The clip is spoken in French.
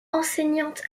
enseignante